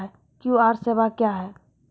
QR सेवा क्या हैं?